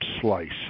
slice